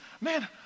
Man